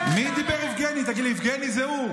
יבגני, יבגני,